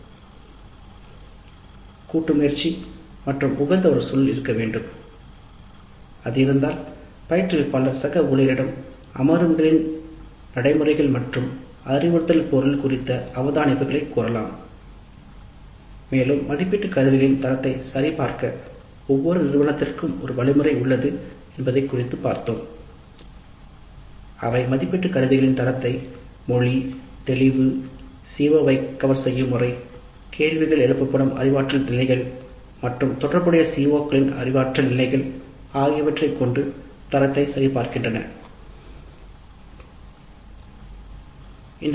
நிறுவனத்திற்கு உகந்த ஒரு சூழல் இருக்க வேண்டும் அது இருந்தால் பயிற்றுவிப்பாளர் சக ஊழியரிடம் அமர்வுகள் மற்றும் அறிவுறுத்தல் பொருள் நடத்தை குறித்த அவதானிப்புகளைக் கோரலாம் மதிப்பீட்டு கருவிகளின் தரத்தை சரிபார்க்க ஒவ்வொரு நிறுவனத்திற்கும் ஒரு வழிமுறை உள்ளது மொழி தெளிவு பாதுகாப்பு ஆகியவற்றைப் பொறுத்து மதிப்பீட்டு கருவிகளின் தரம் CO களின்தரம் கேள்விகள் எழுப்பப்படும் அறிவாற்றல் நிலைகள் மற்றும் தொடர்புடைய CO களின் அறிவாற்றல் நிலைகள் குறித்த தரத்தை சரிபார்க்க உதவி செய்கின்றன